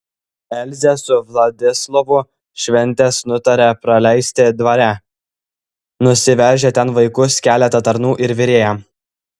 elzė su vladislovu šventes nutarė praleisti dvare nusivežę ten vaikus keletą tarnų ir virėją